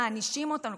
מענישים אותם על זה,